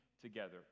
together